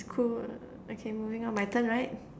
it's cool okay moving on my turn right